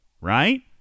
right